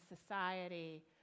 society